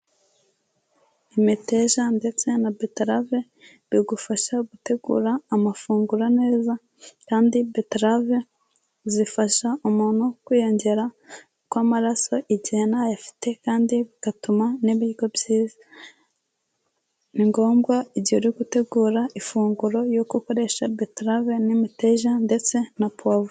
Imiteja ndetse na beterave bigufasha gutegura amafunguro neza kandi beterave zifasha umuntu kwiyongera kw'amaraso, igihe ntayo afite kandi bigatuma n'ibiryo byiza. Ni ngombwa igihe uri gutegura ifunguro y'uko ukoresha beterave n'imitja ndetse na puwavuro.